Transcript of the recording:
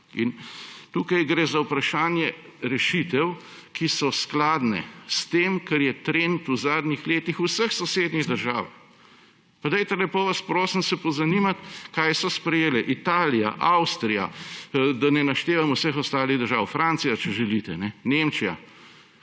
Tukaj gre za vprašanje rešitev, ki so skladne s tem, kar je trend v zadnjih letih v vseh sosednjih državah. Pa dajte, lepo vas prosim, se pozanimati, kaj so sprejele Italija, Avstrija, da ne naštevam vseh ostalih držav, Francija, če želite Nemčija,